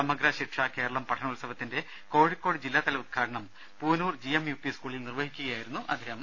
സമഗ്ര ശിക്ഷാ കേരളം പഠനോത്സവത്തിന്റെ കോഴിക്കോട് ജില്ലാതല ഉദ്ഘാടനം Poonoor G M U P സ്കൂളിൽ നിർവഹിച്ചു സംസാരിക്കുകയായിരുന്നു അദ്ദേഹം